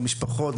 בני משפחות,